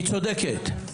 היא צודקת.